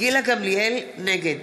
נגד